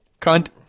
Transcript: Cunt